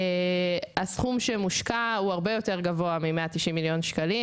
הסכום שמושקע הוא גבוה בהרבה מ-190 מיליון שקלים